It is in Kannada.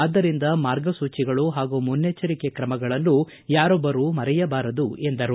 ಆದ್ದರಿಂದ ಮಾರ್ಗಸೂಚಿಗಳು ಹಾಗೂ ಮುನ್ನೆಚ್ದರಿಕೆ ಕ್ರಮಗಳನ್ನು ಯಾರೊಬ್ದರು ಮರೆಯಬಾರದು ಎಂದರು